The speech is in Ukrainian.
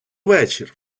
вечір